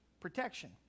protection